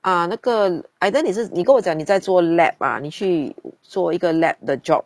ah 那个 ah then 你是你跟我讲你在做 laboratory ah 你去做一个 lab 的 job